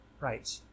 Right